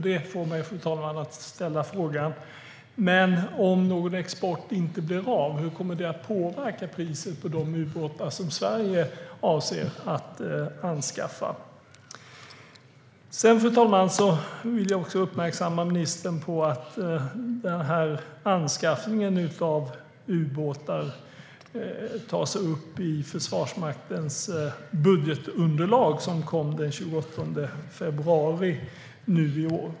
Det får mig, fru talman, att ställa frågan: Om någon export inte blir av, hur kommer det att påverka priset på de ubåtar som Sverige avser att anskaffa? Fru talman! Jag vill uppmärksamma ministern på att den här anskaffningen av ubåtar tas upp i Försvarsmaktens budgetunderlag, som kom den 28 februari nu i år.